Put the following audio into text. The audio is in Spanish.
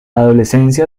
adolescencia